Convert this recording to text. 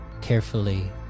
carefully